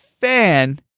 fan